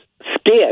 scared